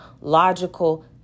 logical